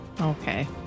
Okay